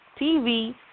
TV